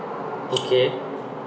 okay